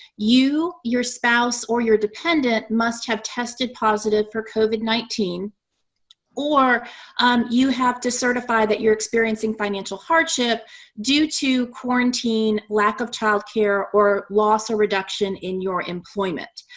you, your spouse, or your dependent must have tested positive for covid nineteen or um you have to certify that you're experiencing financial hardship due to quarantine, lack of child care, or loss or reduction in your employment.